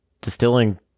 Distilling